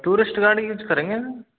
tourist गाड़ी use करेंगे sir